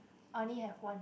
only have one